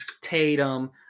Tatum